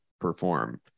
perform